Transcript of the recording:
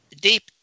deep